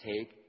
take